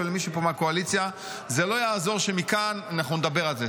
ולמי שפה מהקואליציה: לא יעזור שמכאן אנחנו נדבר על זה,